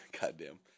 Goddamn